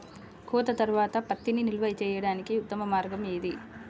కోత తర్వాత పత్తిని నిల్వ చేయడానికి ఉత్తమ మార్గం ఏది?